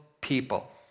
people